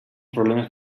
problemes